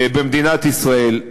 במדינת ישראל.